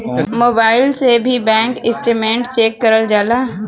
mobile से भी bank statement check करल जाला